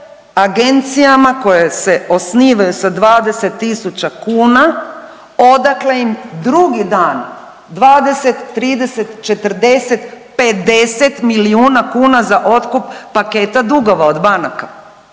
agencijama koje se osnivaju sa 20 tisuća kuna odakle im drugi dan 20, 30, 40, 50 milijuna kuna za otkup paketa dugova od banaka,